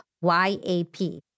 Y-A-P